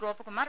Gopakumar